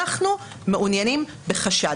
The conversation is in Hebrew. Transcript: אנחנו מעוניינים בחשד.